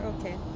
Okay